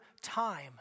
time